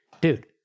dude